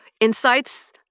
insights